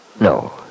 No